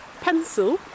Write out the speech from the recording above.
pencil